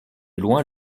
loin